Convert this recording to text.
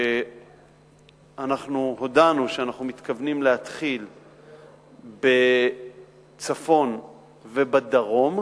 שאנחנו הודענו שאנחנו מתכוונים להתחיל בצפון ובדרום,